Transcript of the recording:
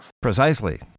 Precisely